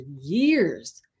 years